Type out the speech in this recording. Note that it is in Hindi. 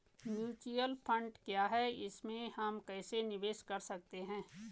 म्यूचुअल फण्ड क्या है इसमें हम कैसे निवेश कर सकते हैं?